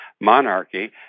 monarchy